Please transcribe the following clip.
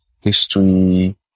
history